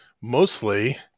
mostly